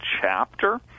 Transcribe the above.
chapter